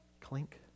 Clink